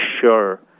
sure